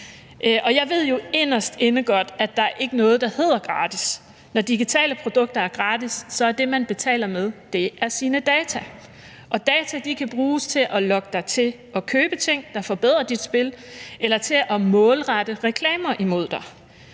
jeg ved jo inderst inde godt, at der ikke er noget, der er gratis. Når digitale produkter er gratis, er det, man betaler med, sine data, og data kan bruges til at lokke dig til at købe ting, der forbedrer dit spil, eller til at målrette reklamer mod dig.